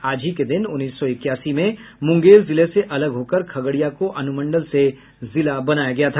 आज ही के दिन उन्नीस सौ इकासी में मुंगेर जिले से अलग होकर खगड़िया को अनुमंडल से जिला बनाया गया था